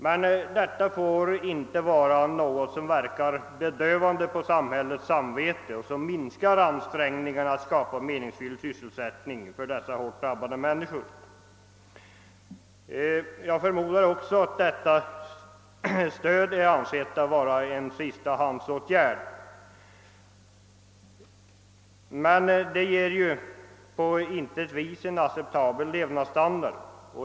Men detta får inte vara något som verkar bedövande på samhällets samvete och som minskar ansträngningarna att skapa meningsfylld sysselsättning åt dessa hårt drabbade människor. Detta stöd är förmodligen avsett att vara en sistahandssåtgärd. Det ger dock på intet sätt en acceptabel levnadsstandard.